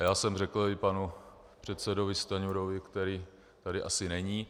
Já jsem řekl i panu předsedovi Stanjurovi, který tady asi není...